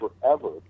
forever